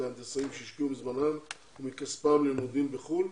ההנדסאים שהשקיעו מזמנם ומכספם ללימודים בחוץ לארץ,